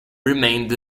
remained